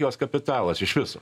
jos kapitalas iš viso